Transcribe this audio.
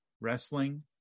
Wrestling